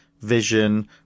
vision